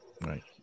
right